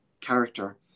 character